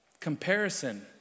Comparison